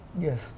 Yes